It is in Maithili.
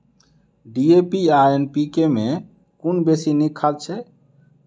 डी.ए.पी आ एन.पी.के मे कुन बेसी नीक खाद छैक?